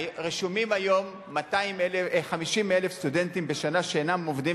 היום רשומים 50,000 סטודנטים שאינם עובדים